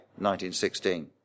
1916